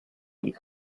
del